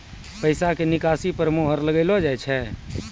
पैसा के निकासी पर मोहर लगाइलो जाय छै